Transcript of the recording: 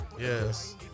yes